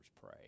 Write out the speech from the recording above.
pray